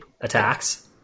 attacks